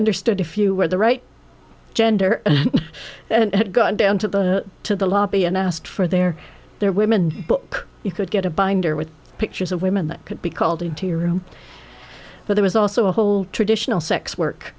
understood if you were the right gender go down to the to the lobby and asked for their their women book you could get a binder with pictures of women that could be called into your room but there was also a whole traditional sex work